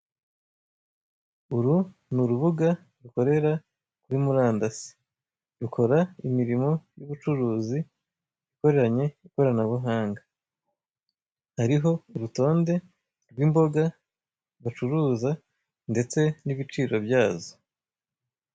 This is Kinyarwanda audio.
Uru ni urubuga rukorera kuri murandasi rukora imirimo y'ubucuruzi ikoranye ikoranabuhanga, hariho urutonde rw'imboga bacuruza ndetse n'ibiciro byazo.